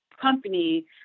company